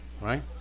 right